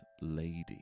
lady